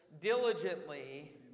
Diligently